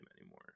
anymore